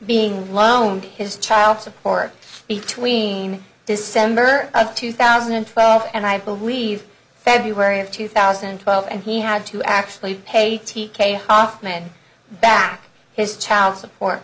being loaned his child support between december of two thousand and twelve and i believe february of two thousand and twelve and he had to actually pay t k hofmann back his child support